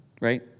Right